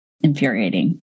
Infuriating